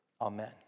amen